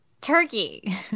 turkey